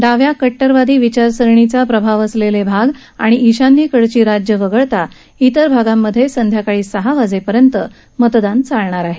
डाव्या कट्टरवादी विचारसरणीचा प्रभाव असलेले भाग आणि ईशान्येकडची राज्यं वगळता तेर भागांमध्ये संध्याकाळी सहा वाजेपर्यंत मतदान चालणार आहे